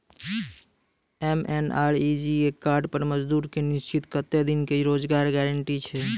MNREGA card पर मजदुर के निश्चित कत्तेक दिन के रोजगार गारंटी छै?